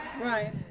Right